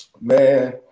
Man